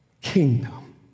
kingdom